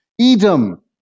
Edom